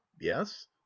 yes